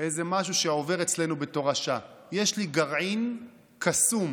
משהו שעובר אצלנו בתורשה: יש לי גרעין קסום